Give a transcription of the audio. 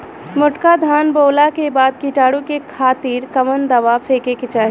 मोटका धान बोवला के बाद कीटाणु के खातिर कवन दावा फेके के चाही?